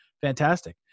fantastic